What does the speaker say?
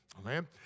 Amen